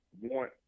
want